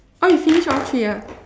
oh you finished all three ah